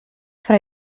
fra